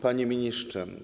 Panie Ministrze!